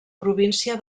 província